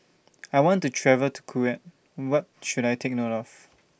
I want to travel to Kuwait What should I Take note of